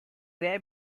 gray